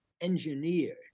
engineered